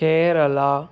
Kerala